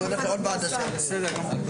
מילים יפות, בסוף זה.